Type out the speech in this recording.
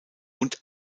und